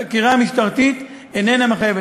חקירה משטרתית איננה מחייבת.